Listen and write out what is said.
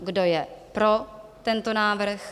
Kdo je pro tento návrh?